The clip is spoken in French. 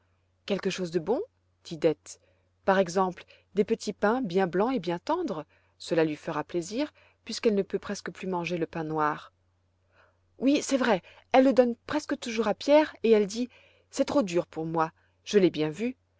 quelque chose de bon dit dete par exemple des petits pains bien blancs et bien tendres cela lui fera plaisir puisqu'elle ne peut presque plus manger le pain noir oui c'est vrai elle le donne presque toujours à pierre et elle dit c'est trop dur pour moi je l'ai bien vu